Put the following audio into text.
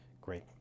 Great